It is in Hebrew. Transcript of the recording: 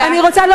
אני רוצה, תודה.